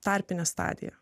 tarpinė stadija